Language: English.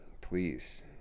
please